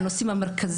שהם הנושאים המרכזיים.